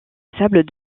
sables